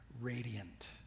radiant